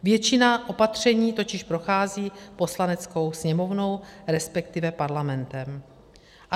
Většina opatření totiž prochází Poslaneckou sněmovnou, resp. Parlamentem.